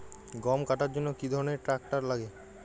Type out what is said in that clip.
গম কাটার জন্য কি ধরনের ট্রাক্টার লাগে?